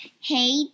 Hey